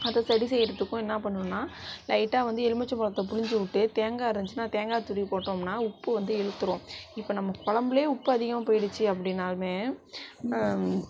அத சரி செய்யுறதுக்கு என்ன பண்ணனும்னால் லைட்டாக வந்து எலுமிச்சம்பழத்த புழிந்துவுட்டு தேங்காய் இருந்துச்சின்னால் தேங்காய் துருவி போட்டோம்னால் உப்பு வந்து இழுத்துவிடும் இப்போ நம்ம குழம்புலையும் உப்பு அதிகமாக போயிடுச்சு அப்படின்னாலுமே